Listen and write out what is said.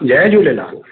Jay Jhulelal